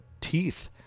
teeth